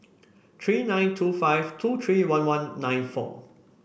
three nine two five two three one one nine four